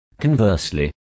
Conversely